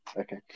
Okay